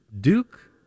Duke